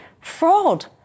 fraud